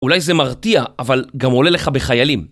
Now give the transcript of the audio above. אולי זה מרתיע, אבל גם עולה לך בחיילים.